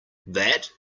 that